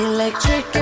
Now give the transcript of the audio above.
Electric